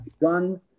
done